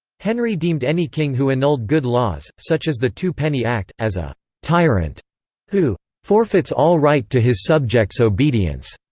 henry deemed any king who annulled good laws, such as the two penny act, as a tyrant who forfeits all right to his subjects' obedience,